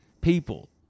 people